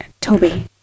Toby